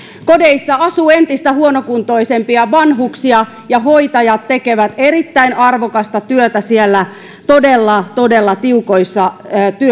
kodeissa asuu entistä huonokuntoisempia vanhuksia ja hoitajat tekevät erittäin arvokasta työtä siellä todella todella tiukoissa